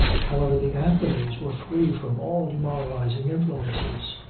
however, the anthonys were free from all demoralizing influences.